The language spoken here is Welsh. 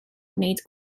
gwneud